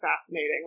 fascinating